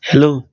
hello